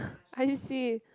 I see